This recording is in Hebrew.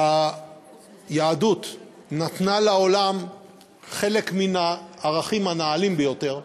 היהדות נתנה לעולם חלק מן הערכים הנעלים ביותר,